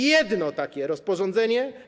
Jedno takie rozporządzenie.